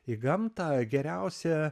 į gamtą geriausia